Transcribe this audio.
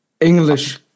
English